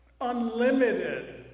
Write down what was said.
Unlimited